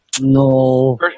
no